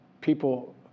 people